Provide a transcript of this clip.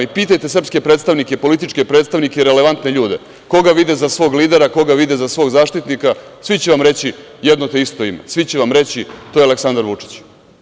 I pitajte srpske predstavnike, političke predstavnike, relevantne ljude, koga vide za svoj lidera, koga vide za svog zaštitnika, svi će vam reći jedno isto ime, sve će vam reći to je Aleksandar Vučić.